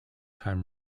time